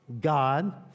God